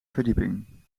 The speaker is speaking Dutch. verdieping